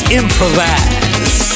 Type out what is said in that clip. improvise